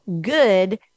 good